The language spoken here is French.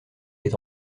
est